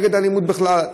הם נגד אלימות בכלל.